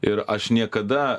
ir aš niekada